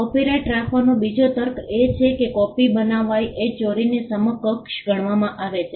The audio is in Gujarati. કોપિરાઇટ રાખવાનો બીજો તર્ક એ છે કે કોપિ બનાવવી એ ચોરીની સમકક્ષ ગણવામાં આવે છે